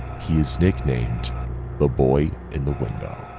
he is nicknamed the boy in the window.